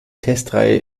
testreihe